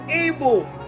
able